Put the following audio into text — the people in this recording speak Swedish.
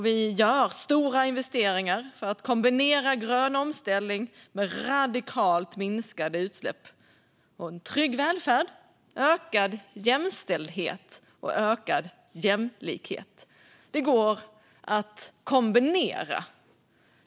Vi gör stora investeringar för att kombinera grön omställning med radikalt minskade utsläpp, trygg välfärd, ökad jämställdhet och ökad jämlikhet. Det går att kombinera.